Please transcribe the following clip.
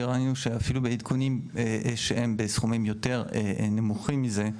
כי ראינו שאפילו בעדכונים שהם בסכומים שהם יותר נמוכים מזה,